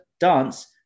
dance